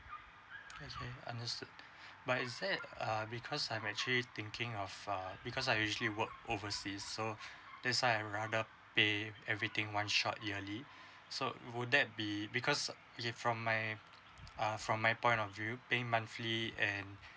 okay understood but is that uh because I'm actually thinking of uh because I usually work overseas so that's why I rather pay everything one shot yearly so would that be because it from my uh from my point of view pay monthly and